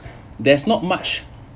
there's not much